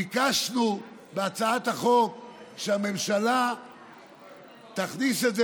ביקשנו בהצעת החוק שהממשלה תכניס את זה